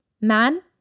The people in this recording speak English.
Man